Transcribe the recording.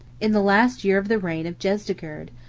in the last year of the reign of jezdegerd,